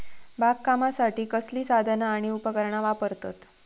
बागकामासाठी कसली साधना आणि उपकरणा वापरतत?